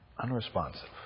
Unresponsive